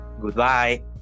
Goodbye